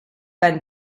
been